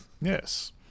yes